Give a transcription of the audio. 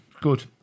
Good